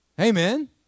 Amen